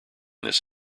this